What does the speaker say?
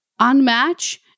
unmatch